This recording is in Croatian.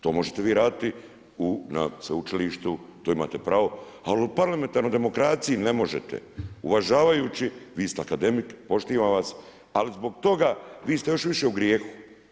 To možete vi radite u sveučilištu, to imate pravo, ali u parlamentarnoj demokraciji ne možete, uvažavajući, vi ste akademik, poštiva vas, ali, zbog toga, vi ste još više u grijehu.